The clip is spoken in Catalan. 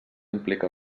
implica